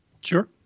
Sure